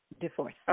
divorce